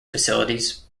facilities